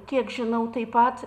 kiek žinau taip pat